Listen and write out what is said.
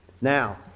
Now